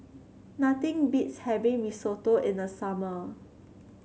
nothing beats having Risotto in the summer